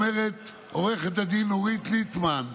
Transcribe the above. אומרת עו"ד נורית ליטמן,